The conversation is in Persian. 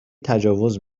تجاوز